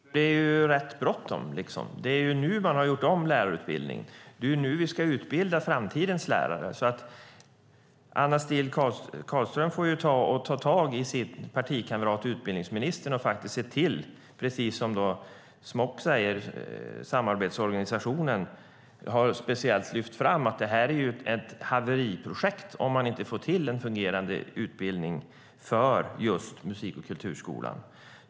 Herr talman! Det är rätt bråttom. Det är nu man har gjort om lärarutbildningen, och det är nu vi ska utbilda framtidens lärare. Anna Steele får ta tag i sin partikamrat utbildningsministern. Samarbetsorganisationen Smok har speciellt lyft fram att detta är ett haveriprojekt om man inte får till en fungerande utbildning för musik och kulturskolan.